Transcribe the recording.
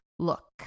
look